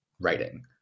writing